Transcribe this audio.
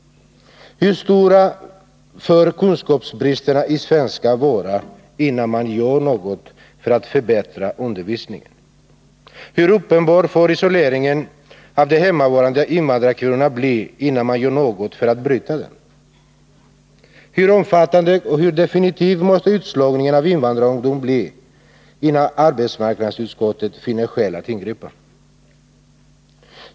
Hur stora får kunskapsbristerna i svenska vara innan man gör något för att förbättra undervisningen? Hur uppenbar får isoleringen av de hemarbetande invandrarkvinnorna bli innan man gör något för att bryta den? Hur omfattande och hur definitiv måste utslagningen av invandrarungdom bli innan arbetsmarknadsutskottet finner skäl att ingripa?